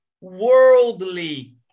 worldly